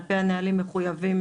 על פי הנהלים מחויבים